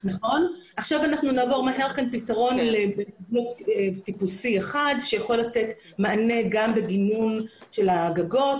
נעבור מהר לפתרון לנוף טיפוסי אחד שיכול לתת מענה גם בגינון של הגגות,